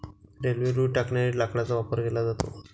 railway रुळ टाकण्यासाठी लाकडाचा वापर केला जातो